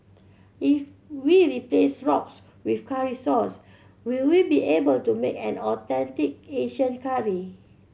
if we replace rox with curry sauce will we be able to make an authentic Asian curry